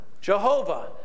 Jehovah